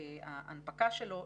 ההנפקה שלו,